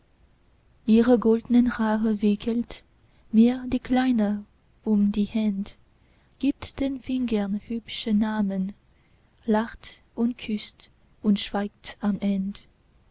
ihre goldnen haare wickelt mir die kleine um die händ gibt den fingern hübsche namen lacht und küßt und schweigt am end